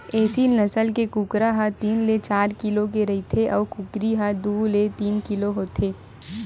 एसील नसल के कुकरा ह तीन ले चार किलो के रहिथे अउ कुकरी ह दू ले तीन किलो होथे